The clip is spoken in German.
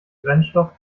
brennstoff